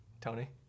Tony